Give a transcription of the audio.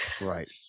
Right